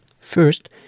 First